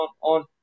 on